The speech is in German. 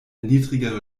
niedrigere